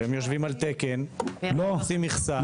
הם יושבים על תקן, הם תופסים מכסה.